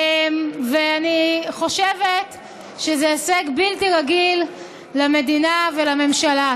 ואני חושבת שזה הישג בלתי רגיל למדינה ולממשלה.